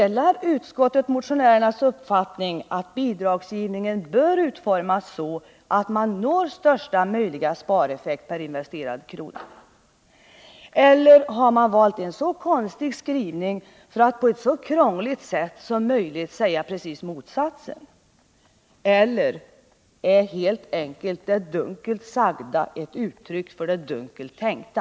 Delar utskottet motionärernas uppfattning att bidragsgivningen bör utformas så att man uppnår största möjliga spareffekt per investerad krona? Eller har man valt en så konstig skrivning för att på ett så krångligt sätt som möjligt säga precis motsatsen? Eller är helt enkelt det dunkelt sagda ett uttryck för det dunkelt tänkta?